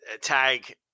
tag